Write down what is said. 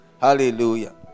hallelujah